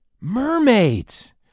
mermaids